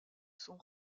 sont